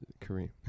Kareem